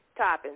toppings